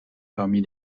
parmi